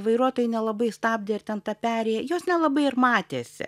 vairuotojai nelabai stabdė ir ten ta perėja jos nelabai ir matėsi